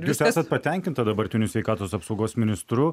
jūs esat patenkinta dabartiniu sveikatos apsaugos ministru